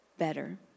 better